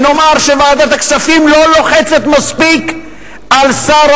ונאמר שוועדת הכספים לא לוחצת מספיק על שר